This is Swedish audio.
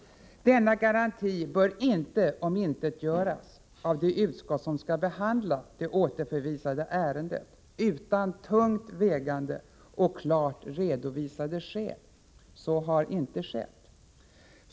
Denna garanti bör inte omintetgöras av de utskott som skall behandla det återförvisade ärendet utan tungt vägande och klart redovisade skäl. Så har inte skett.